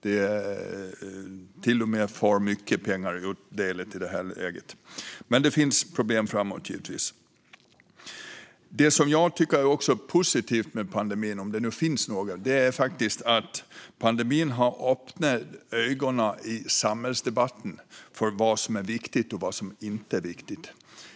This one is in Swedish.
Det har faktiskt delats ut för mycket pengar i detta läge. Men det finns givetvis problem framåt. Det jag tycker är positivt med pandemin, om det nu finns något, är att den har öppnat ögonen i samhällsdebatten för vad som är viktigt och vad som inte är det.